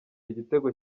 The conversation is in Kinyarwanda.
igitego